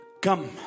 come